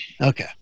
Okay